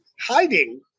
hiding